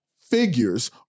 figures